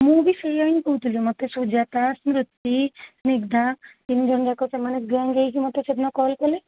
ମୁଁ ବି ସେୟା ହିଁ କହୁଥିଲି ମୋତେ ସୁଜାତା ସ୍ମୃତି ସ୍ନିଗ୍ଧା ତିନିଜଣଙ୍କ ଯାକ ସେମାନେ ଗ୍ୟାଙ୍ଗ ହେଇକି ମୋତେ ସେଦିନ କଲ୍ କଲେ